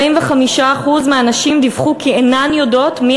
45% מהנשים דיווחו כי אינן יודעות מי